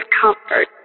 comfort